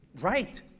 Right